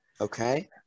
okay